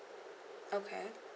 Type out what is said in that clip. okay